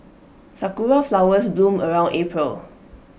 Sakura Flowers bloom around April